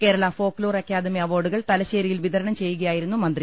Kerala folklore academy അവാർഡുകൾ തലശ്ശേരിയിൽ വിതരണം ചെയ്യുകയായിരുന്നു മന്ത്രി